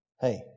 Hey